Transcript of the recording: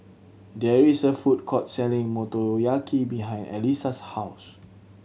there is a food court selling Motoyaki behind Elisa's house